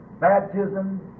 baptism